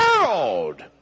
world